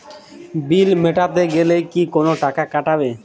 বিল মেটাতে গেলে কি কোনো টাকা কাটাবে?